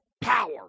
power